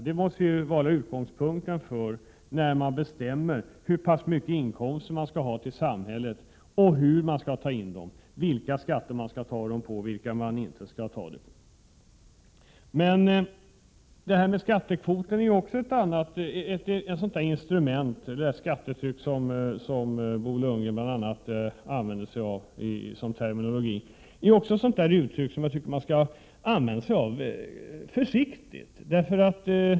Det måste vara utgångspunkten när man bestämmer hur stora inkomster man vill ha till samhället och hur man skall ta in dem, vilka skatter man skall välja och vilka man inte skall välja. Skattekvoten — eller skattetrycket, som är den term som bl.a. Bo Lundgren använder — är också ett uttryck som bör användas med försiktighet.